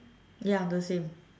ya the same